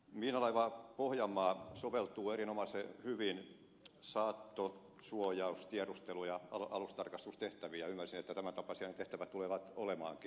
miinalaiva pohjanmaa soveltuu erinomaisen hyvin saatto suojaus tiedustelu ja alustarkastustehtäviin ja ymmärsin että tämän tapaisia ne tehtävät tulevat olemaankin